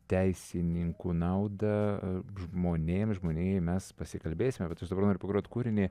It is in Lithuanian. teisininkų naudą žmonėms žmonijai mes pasikalbėsime dabar pagroti kūrinį